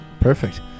perfect